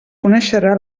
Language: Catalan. coneixerà